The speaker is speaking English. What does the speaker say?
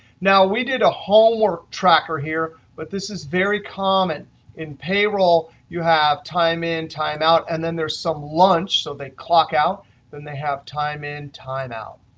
now, we did a homework tracker here, but this is very common in payroll, you have time in time out, and then there some lunch, so they clock out, and then they have time in time out.